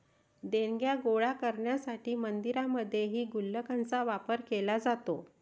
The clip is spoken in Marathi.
देणग्या गोळा करण्यासाठी मंदिरांमध्येही गुल्लकांचा वापर केला जातो